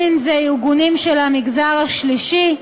ארגונים של המגזר השלישי,